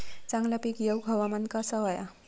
चांगला पीक येऊक हवामान कसा होया?